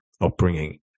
upbringing